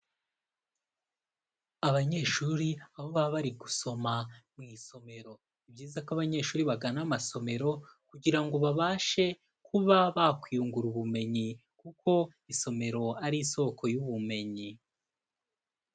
Abanyeshuri aho baba bari gusoma mu isomero, ni byiza ko abanyeshuri bagana amasomero kugira ngo babashe kuba bakwiyungura ubumenyi kuko isomero ari isoko y'ubumenyi.